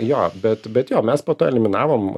jo bet bet jo mes po to eliminavom